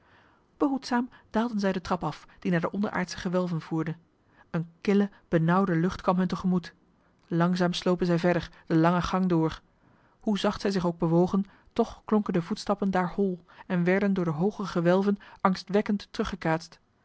behoedzaam daalden zij de trap af die naar de onderaardsche gewelven voerde eene kille benauwde lucht kwam hun te gemoet langzaam slopen zij verder de lange gang door hoe zacht zij zich ook bewogen toch klonken de voetstappen daar hol en werden door de hooge gewelven angstwekkend teruggekaatst